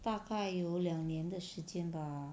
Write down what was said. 大概有两年的时间 bah